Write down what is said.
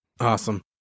Awesome